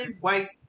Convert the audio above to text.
white